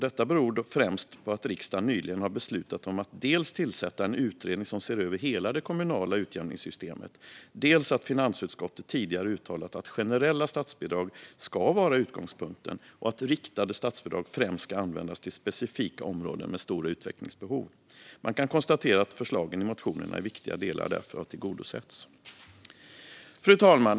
Detta beror dock främst på att riksdagen nyligen har beslutat om att tillsätta en utredning som ser över hela det kommunala utjämningssystemet, på att finansutskottet tidigare uttalat att generella statsbidrag ska vara utgångspunkten och på att riktade statsbidrag främst ska användas till specifika områden med stora utvecklingsbehov. Man kan konstatera att förslagen i motionerna i viktiga delar därför har tillgodosetts. Fru talman!